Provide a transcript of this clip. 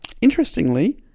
Interestingly